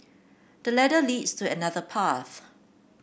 the ladder leads to another path